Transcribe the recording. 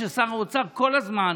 שר האוצר כל הזמן,